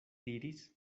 diris